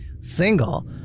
single